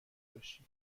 باشی